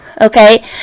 okay